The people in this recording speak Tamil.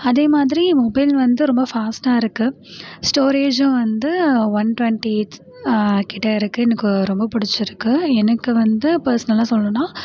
அதே மாதிரி மொபைல் வந்து ரொம்ப பாஸ்ட்டாக இருக்குது ஸ்டோரேஜும் வந்து ஒன் ட்வெண்டி எய்ட் கிட்ட இருக்குது எனக்கு ரொம்ப பிடிச்சிருக்கு எனக்கு வந்து பர்சனலாக சொல்லணும்னால்